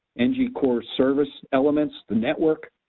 and yeah core service elements, the network,